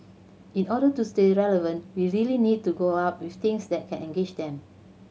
in order to stay relevant we really need to go up with things that can engage them